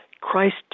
Christ